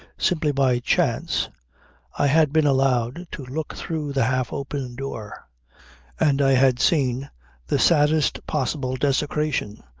simply by chance i had been allowed to look through the half-opened door and i had seen the saddest possible desecration,